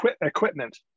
equipment